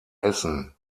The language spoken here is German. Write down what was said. essen